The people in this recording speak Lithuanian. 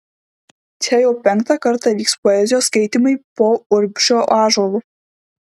čia jau penktą kartą vyks poezijos skaitymai po urbšio ąžuolu